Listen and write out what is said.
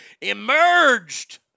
emerged